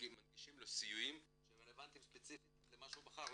מנגישים לו אחר כך סיועים שרלבנטיים ספציפית למה שהוא בחר,